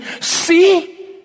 see